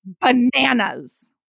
bananas